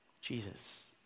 Jesus